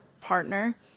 partner